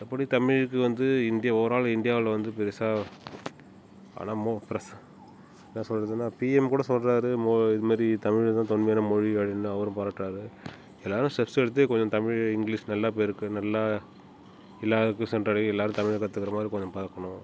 எப்படி தமிழுக்கு வந்து இந்தியா ஓவர் ஆல் இந்தியாவில் வந்து பெருசாக ஆனால் மோ ப்ரெஸ் என்ன சொல்லுறதுன்னா பிஎம் கூட சொல்றார் இதுமாரி தமிழ் தான் தொன்மையான மொழி அப்படின்னு அவரும் பாராட்டுறார் எல்லாரும் ஸ்டெப்ஸ் எடுத்து கொஞ்சம் தமிழ் இங்கிலீஷ் நல்லா பேருக்கு நல்லா எல்லாருக்கும் சென்றடையும் எல்லாரும் தமிழ கற்றுக்குற மாதிரி கொஞ்சம் பார்க்கணும்